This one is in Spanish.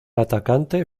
atacante